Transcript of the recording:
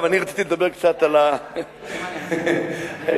ידעתי, אני